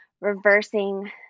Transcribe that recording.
reversing